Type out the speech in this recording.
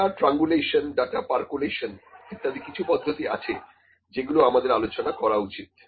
data triangulation data percolation ইত্যাদি কিছু পদ্ধতি আছে যেগুলো আমাদের আলোচনা করা উচিত